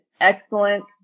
excellent